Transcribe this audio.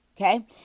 Okay